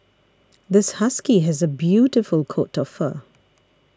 this husky has a beautiful coat of fur